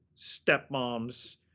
stepmom's